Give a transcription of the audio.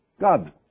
God